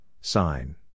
sign